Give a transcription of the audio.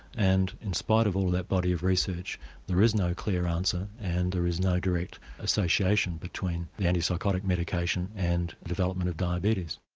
and in spite of all that body of research there is no clear answer and there is no direct association between the antipsychotic medication and development of diabetes.